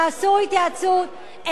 תעשו התייעצות,